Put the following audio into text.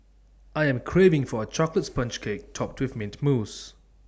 I am craving for A Chocolate Sponge Cake Topped with Mint Mousse